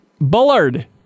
Bullard